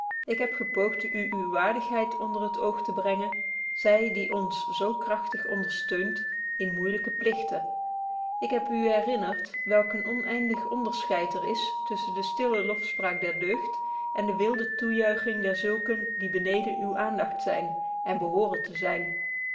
ik heb gepoogt u uwe waardigheid onder het oog te brengen zy die ons zo kragtig ondersteunt in moeilyke plichten ik heb u herinnerd welk een onëindig onderscheid er is tusschen de stille lofspraak der deugd en de wilde toejuiching der zulken die beneden uwe aandacht zyn en behoren te zyn